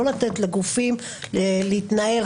לא לתת לגופים להתנער,